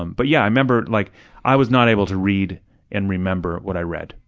um but yeah, i remember like i was not able to read and remember what i read,